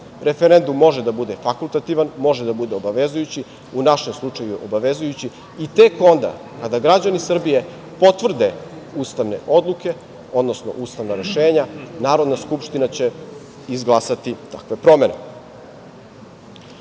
Referendum može da bude fakultativan, može da bude obavezujući, u našem slučaju je obavezujući. I tek onda kada građani Srbije potvrde ustavne odluke, odnosno ustavna rešenja, Narodna skupština će izglasati takve promene. Naš